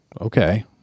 okay